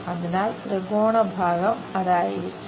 അതിനാൽ ത്രികോണ ഭാഗം അതായിരിക്കും